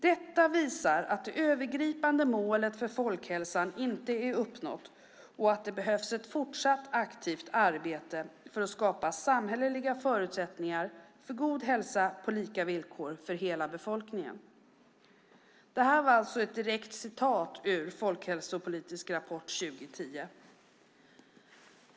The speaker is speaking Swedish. Detta visar att det övergripande målet för folkhälsan inte är uppnått och att det behövs ett fortsatt aktivt arbete för att skapa samhälleliga förutsättningar för god hälsa på lika villkor för hela befolkningen." Det var alltså ett citat direkt ur Folkhälsopolitisk rapport 2010 .